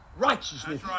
righteousness